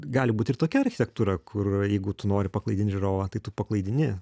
gali būt ir tokia architektūra kur jeigu tu nori paklaidint žiūrovą tai tu paklaidini